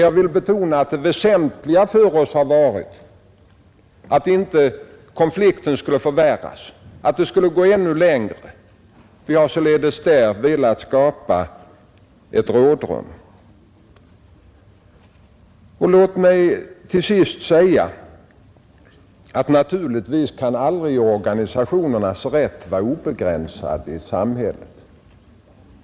Jag vill betona att det väsentliga för oss har varit att konflikten inte skulle förvärras och utvidgas ännu längre. Vi har där velat skapa ett rådrum. Låt mig också säga att organisationernas rätt naturligtvis inte kan vara obegränsade i ett samhälle.